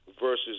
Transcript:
versus